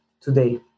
today